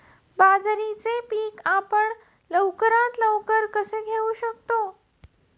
बाजरीचे पीक आपण लवकरात लवकर कसे घेऊ शकतो?